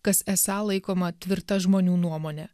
kas esą laikoma tvirta žmonių nuomone